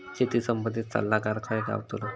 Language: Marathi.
शेती संबंधित सल्लागार खय गावतलो?